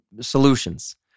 solutions